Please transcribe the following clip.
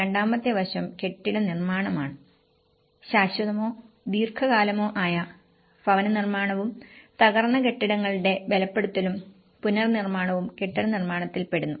രണ്ടാമത്തെ വശം കെട്ടിട നിർമ്മാണമാണ് ശാശ്വതമോ ദീർഘകാലമോ ആയ ഭവന പുനർനിർമ്മാണവും തകർന്ന കെട്ടിടങ്ങളുടെ ബലപ്പെടുത്തലും പുനർനിർമ്മാണവും കെട്ടിട നിർമ്മാണത്തിൽ പെടുന്നു